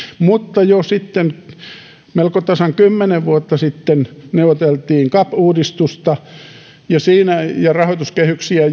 mutta jo melko tasan kymmenen vuotta sitten neuvoteltiin cap uudistusta ja rahoituskehyksiä